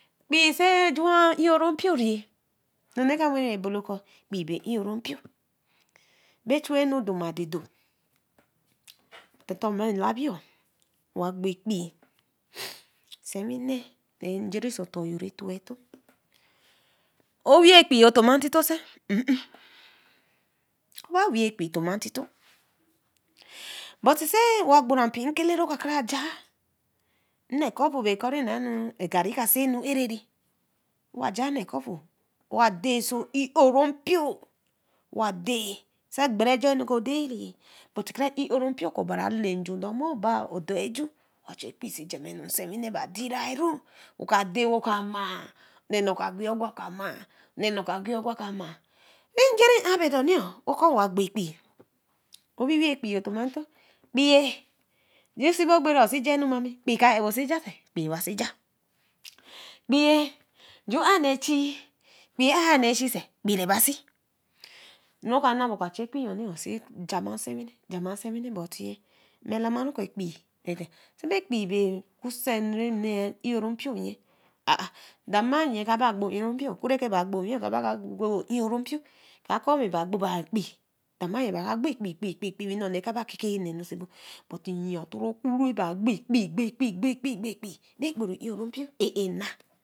Ɛkpii si re juu ɛ'oro mpio norne ka weh ebolo kɔ̃ ɛkpii be ɛ'oro mpio be chu ɛhu doma adeto- oh tortor be labi owa gbo ɛkpii nsiwine nja- oh oso tor- ɛh retomatito owii ɛkpii toma atito- sã u'u roba wii ɛkpii toma ntito buti sa owa pii nkele re okaraka ja nne cup be kɔ̃ ga rẽ ka si nu ɛra-a owa ja neh cupu we owa dae oso ɛ'oro mpio owa dae sa gbera ajo enu ka dae- ɛh but kara ɛ'oro mpio kɔ̃ obari ale nju dema- oba- a kɔ̃ ma odor nju chu ɛkpii si jamahu ju we nsiwini naa jira- ɛh wo ka dae wo ka maa oneh nor ka gwaiokwa oka maa neh nor ka gwiiokwa oka maa ti nja- ah bordorni- ɛh okɔ̃ owa gbo ɛkpaii owii owii ɛkpii- oh toma ntito ɛkpii ju si bi gbere si ja ɛnu ma mi ɛkpii ka ɛbo si ja- si ɛkpii ba si ja ɛkpii ju ae nee oso ɛchi ɛkpii a nee so ɛchi- si ɛkpii re ba si ɛnu roka naa be oka chu ɛkpii- yor si jama nsiwini nsiwini be tii sa be ɛkpii be kusi nu re nee ɛ'ororo mpio nyii ah dema nyii naa kabe gbo gbo ɛ'oro mpio ku re naa gbo owi naa kaba gbo gbo ɛ'ro mpio ba gbo ba ɛkpii dema- nyii naa ka gbo ɛkpii ɛkpii we nnoni naa kaba keke- mnenu osi ɛbo-oh buti yii oku ɛke naa gbo gbo ɛkpii gbo ɛkpii gbo ɛkpii re gbogbo ɛ'ora mpro ɛh- ɛh naa.